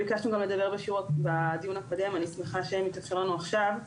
ביקשנו לדבר גם בדיון הקודם ואני שמחה שמתאפשר לנו עכשיו.